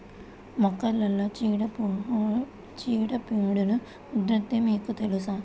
మొక్కలలో చీడపీడల ఉధృతి మీకు తెలుసా?